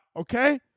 okay